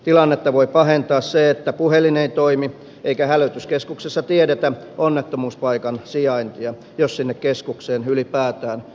tilannetta voi pahentaa se että puhelin ei toimi eikä hälytyskeskuksessa tiedetä onnettomuuspaikan sijaintia jos sinne keskukseen ylipäätään yhteys saadaan